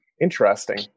interesting